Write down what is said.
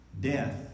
Death